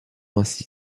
ainsi